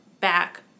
back